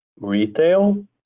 retail